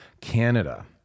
Canada